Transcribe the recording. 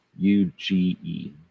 UGE